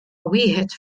wieħed